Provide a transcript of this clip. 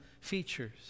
features